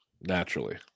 naturally